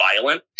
violent